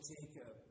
Jacob